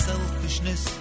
Selfishness